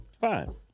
Fine